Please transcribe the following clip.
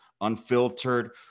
unfiltered